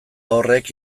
horrek